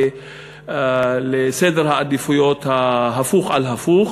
ועל סדר העדיפות ההפוך על הפוך,